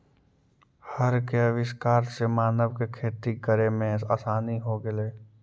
हर के आविष्कार से मानव के खेती करे में आसानी हो गेलई